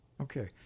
okay